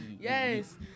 yes